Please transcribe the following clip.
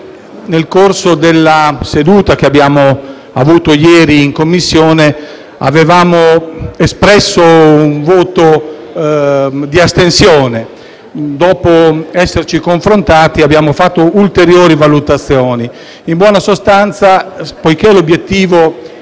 nel corso della seduta che abbiamo avuto ieri in Commissione, avevamo espresso un voto di astensione. Dopo esserci confrontati, abbiamo fatto ulteriori valutazioni. In buona sostanza, poiché l'obiettivo